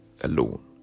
alone